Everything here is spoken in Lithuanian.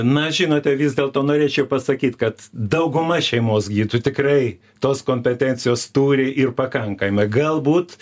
na žinote vis dėlto norėčiau pasakyt kad dauguma šeimos gydytojų tikrai tos kompetencijos turi ir pakankamai galbūt